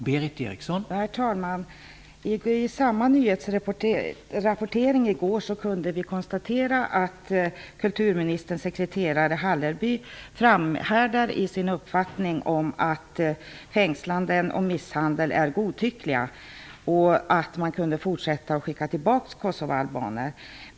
Herr talman! Genom nyhetsrapporteringen i går, som jag tidigare nämnde, kunde man konstatera att kulturministerns sekreterare Hallerby framhärdar i sin uppfattning att fängslanden och misshandel sker godtyckligt och att man kunde fortsätta att återsända kosovoalbaner.